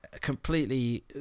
completely